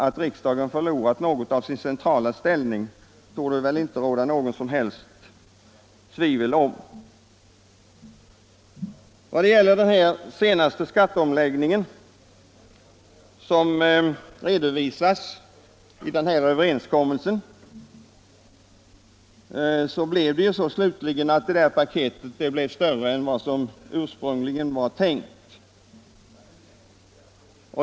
Att riksdagen förlorat något av sin centrala ställning torde det inte råda något som helst tvivel om. Vad gäller den senaste skatteomläggningen, som redovisas i överenskommelsen, så blev paketet slutligen större än det ursprungligen var tänkt.